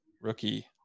rookie